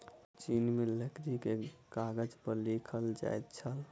चीन में लकड़ी के कागज पर लिखल जाइत छल